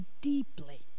deeply